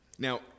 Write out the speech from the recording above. Now